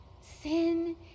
Sin